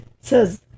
says